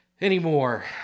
anymore